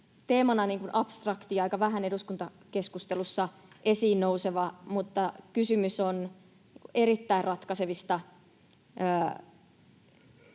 teemana abstrakti ja aika vähän eduskuntakeskustelussa esiin nouseva, mutta kysymys on erittäin ratkaisevista